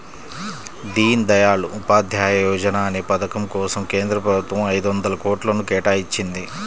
దీన్ దయాళ్ ఉపాధ్యాయ యోజనా అనే పథకం కోసం కేంద్ర ప్రభుత్వం ఐదొందల కోట్లను కేటాయించింది